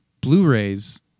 Blu-rays